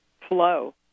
flow